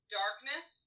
darkness